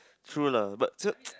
true lah but s~